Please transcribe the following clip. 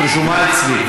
את רשומה אצלי,